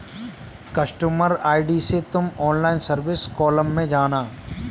customer ID से तुम online service column में जाना